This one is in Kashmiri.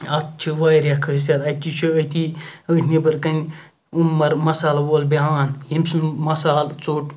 اَتھ چھِ واریاہ خٲصیَت اَتہِ چھِ أتی اَتھ نیٚبرٕکَنۍ عُمَر مَسال وول بیہوان امسُنٛد مَسال ژوٚٹ